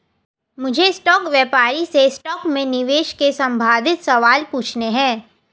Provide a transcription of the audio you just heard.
मुझे स्टॉक व्यापारी से स्टॉक में निवेश के संबंधित सवाल पूछने है